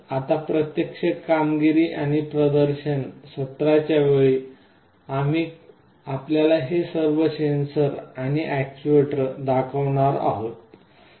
आता प्रत्यक्ष कामगिरी आणि प्रदर्शन सत्रांच्या वेळी आम्ही आपल्याला हे सर्व सेन्सर आणि अॅक्ट्युएटर दाखवणार आहोत